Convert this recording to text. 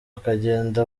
akagenda